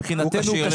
מבחינתנו הוא כשיר.